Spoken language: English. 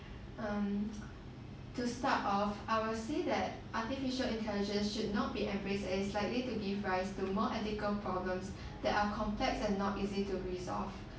um to start off I will say that artificial intelligence should not be embraced as it's likely to give rise to more ethical problems that are complex and not easy to resolve